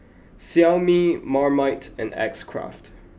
Xiaomi Marmite and X Craft